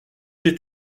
j’ai